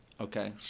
Okay